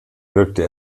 wirkte